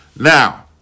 Now